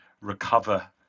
recover